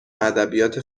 ادبیات